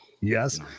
Yes